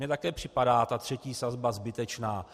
Mně také připadá ta třetí sazba zbytečná.